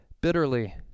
bitterly